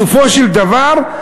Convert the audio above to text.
בסופו של דבר,